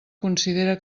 considera